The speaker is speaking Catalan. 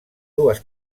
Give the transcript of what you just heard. dues